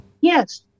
Yes